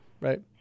Right